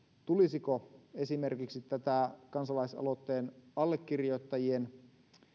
tulisiko esimerkiksi kansalaisaloitteen allekirjoittajien